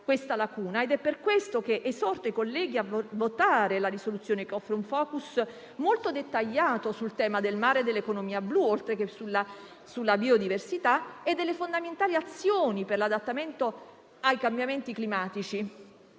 ed è per questo che esorto i colleghi a votare la proposta di risoluzione che offre un *focus* molto dettagliato sul tema del mare e dell'economia blu, oltre che sulla biodiversità, e delle fondamentali azioni per l'adattamento ai cambiamenti climatici.